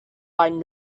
written